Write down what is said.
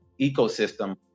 ecosystem